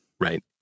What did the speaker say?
Right